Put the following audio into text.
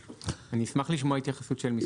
אני אשמח לשמוע התייחסות של משרד המשפטים.